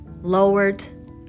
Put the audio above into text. lowered